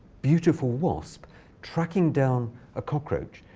beautiful wasp tracking down a cockroach.